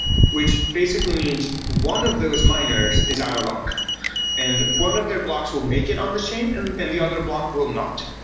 which basically means one of those miners is out of luck and one of their blocks will make it on the chain and and the other block will not.